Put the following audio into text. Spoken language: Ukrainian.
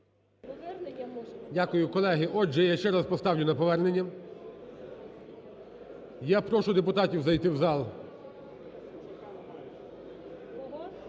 Дякую. Колеги, отже я ще раз поставлю на повернення. Я прошу депутатів зайти в зал.